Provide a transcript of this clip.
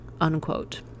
unquote